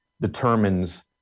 determines